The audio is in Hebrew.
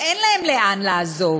כי אין להם לאן לעזוב.